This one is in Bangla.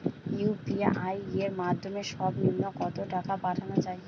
ইউ.পি.আই এর মাধ্যমে সর্ব নিম্ন কত টাকা পাঠানো য়ায়?